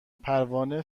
پروانه